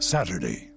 Saturday